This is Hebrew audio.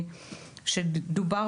מדובר